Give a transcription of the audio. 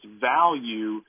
value